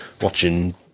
watching